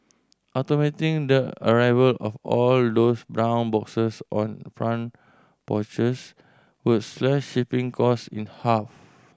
automating the arrival of all those brown boxes on front porches would slash shipping cost in half